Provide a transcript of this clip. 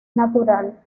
natural